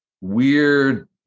weird